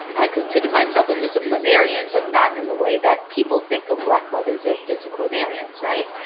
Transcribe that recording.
i consider myself a disciplinarian, but not in the way that people think of black mothers as disciplinarians. right.